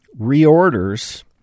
reorders